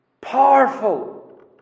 Powerful